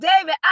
david